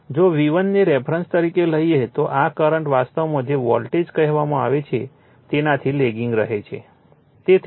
જો V1 ને reference તરીકે લઈએ તો આ કરંટ વાસ્તવમાં જે વોલ્ટેજ કહેવાય છે તેનાથી લેગિંગ રહે છે